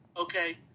Okay